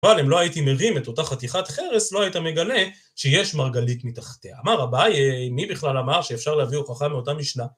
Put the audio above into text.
וואלה, אם לא הייתי מרים את אותה חתיכת חרס, לא היית מגלה שיש מרגלית מתחתיה. אמר אביי, מי בכלל אמר שאפשר להביא הוכחה מאותה משנה?